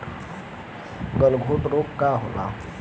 गलघोटू रोग का होला?